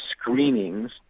screenings